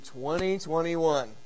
2021